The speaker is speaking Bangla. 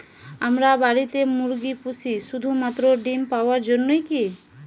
আমরা বাড়িতে মুরগি পুষি শুধু মাত্র ডিম পাওয়ার জন্যই কী?